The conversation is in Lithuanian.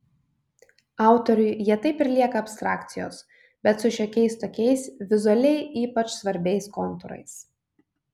autoriui jie taip ir lieka abstrakcijos bet su šiokiais tokiais vizualiai ypač svarbiais kontūrais